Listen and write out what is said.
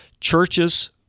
churches